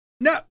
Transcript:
No